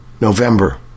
November